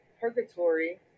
purgatory